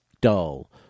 dull